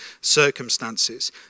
circumstances